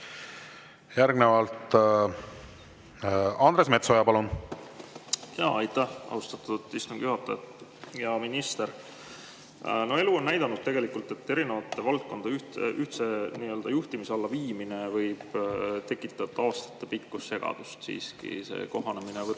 Järgnevalt Andres Metsoja, palun! Aitäh, austatud istungi juhataja! Hea minister! No elu on näidanud, et erinevate valdkondade ühtse juhtimise alla viimine võib tekitada aastatepikkust segadust. Siiski kohanemine võtab